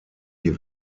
die